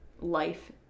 life